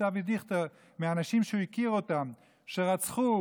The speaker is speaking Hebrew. אבי דיכטר של אנשים שהוא הכיר אותם שרצחו